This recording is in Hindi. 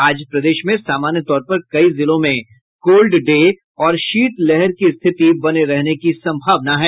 आज प्रदेश में सामान्य तौर पर कई जिलों में कोल्ड डे और शीतलहर की स्थिति बने रहने की सम्भावना है